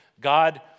God